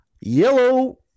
yellow